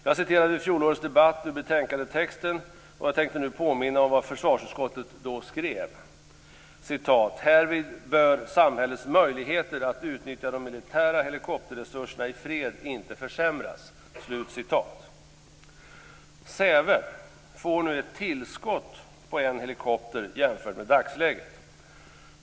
Jag citerade vid fjolårets debatt ur betänkandetexten, och jag tänkte nu påminna om vad försvarsutskottet då skrev. "Härvid bör samhällets möjligheter att utnyttja de militära helikopterresurserna i fred inte försämras." Säve får nu ett tillskott på en helikopter jämfört med dagsläget.